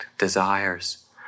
desires